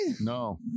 No